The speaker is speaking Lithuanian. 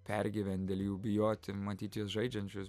pergyvent dėl jų bijoti matyt juos žaidžiančius